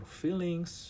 feelings